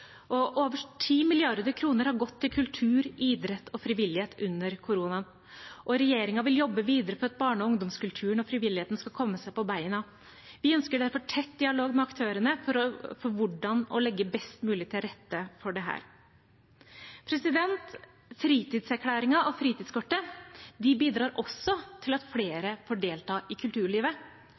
Over 10 mrd. kr har gått til kultur, idrett og frivillighet under koronaen, og regjeringen vil jobbe videre for at barne- og ungdomskulturen og frivilligheten skal komme seg på beina. Vi ønsker derfor tett dialog med aktørene om hvordan man best mulig kan legge til rette for dette. Fritidserklæringen og fritidskortet bidrar også til at flere får delta i kulturlivet.